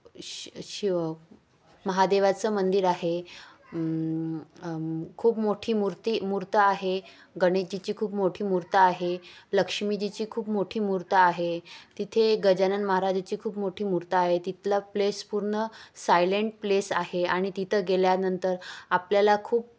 शि शिव महादेवाचं मंदिर आहे खूप मोठी मूर्ती मूर्ती आहे गणेशजीची खूप मोठी मूर्ती आहे लक्ष्मीजीची खूप मोठी मूर्ती आहे तिथे गजानन महाराजाची खूप मोठी मूर्ती आहे तिथला प्लेस पूर्ण सायलेंट प्लेस आहे आणि तिथं गेल्यानंतर आपल्याला खूप